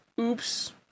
Oops